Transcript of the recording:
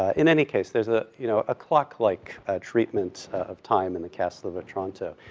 ah in any case, there's a, you know, a clock-like treatment of time in the castle of otranto.